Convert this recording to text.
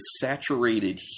Saturated